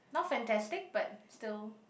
not fantastic but still